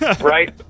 Right